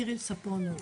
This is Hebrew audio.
אני אתרגם, אם צריך.